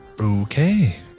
Okay